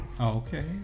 Okay